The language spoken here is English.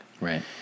Right